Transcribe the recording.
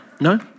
No